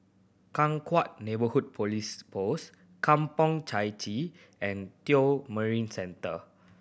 Changkat Neighbourhood Police Post Kampong Chai Chee and Tio Marine Centre